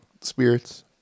spirits